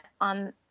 on